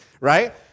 right